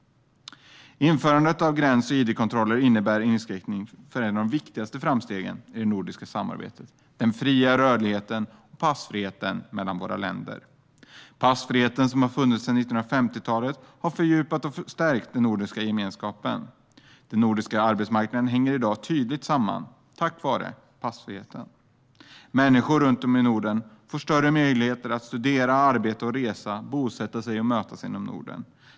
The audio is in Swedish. Införandet av gräns och id-kontroller innebär en inskränkning av ett av de viktigaste framstegen i det nordiska samarbetet - den fria rörligheten och passfriheten mellan våra länder. Passfriheten, som har funnits sedan 1950-talet, har fördjupat och stärkt den nordiska gemenskapen. Den nordiska arbetsmarknaden hänger i dag tydligt samman tack vare passfriheten. Människor runt om i Norden har fått större möjligheter att studera, arbeta, resa, bosätta sig och mötas inom Norden.